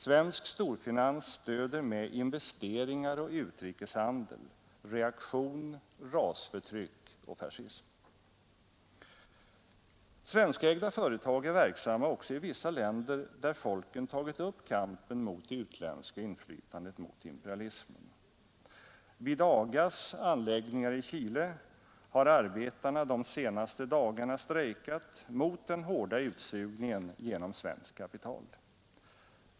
Svensk storfinans stöder med investeringar och utrikeshandel reaktion, rasförtryck och fascism. Svenskägda företag är verksamma också i vissa länder där folken tagit upp kampen mot det utländska inflytandet, mot imperialismen. Vid AGA:s anläggningar i Chile har arbetarna de senaste dagarna strejkat mot den hårda utsugningen genom svenskt kapital.